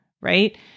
right